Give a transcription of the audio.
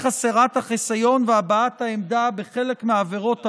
הסרת החיסיון והבעת העמדה בחלק מעבירות המין,